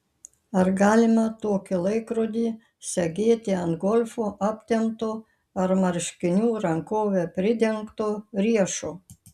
ar galima tokį laikrodį segėti ant golfu aptemto ar marškinių rankove pridengto riešo